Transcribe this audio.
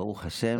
ברוך השם,